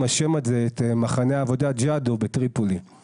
השם הזה את מחנה העבודה ג'דו בטריפולי,